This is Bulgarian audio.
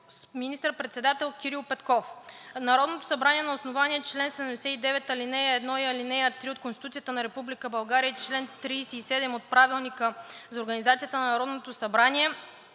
министър председател Кирил Петков Народното събрание на основание чл. 79, ал. 1 и ал. 3 от Конституцията на Република България и чл. 37 от Правилника за организацията и дейността на Народното събрание